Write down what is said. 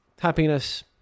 Happiness